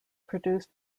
produced